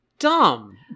Dumb